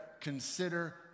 consider